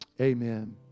Amen